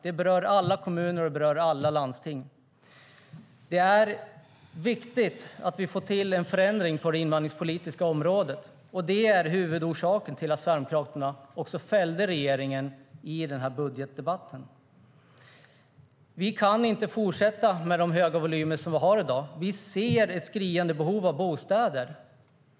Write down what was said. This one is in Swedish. Det berör alla kommuner och alla landsting. Det är viktigt att vi får till en förändring på det invandringspolitiska området. Det är huvudorsaken till att Sverigedemokraterna också fällde regeringen i budgetdebatten. Vi kan inte fortsätta med dagens höga volymer. Det finns ett skriande behov av bostäder.